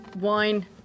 Wine